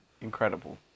Incredible